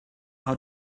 how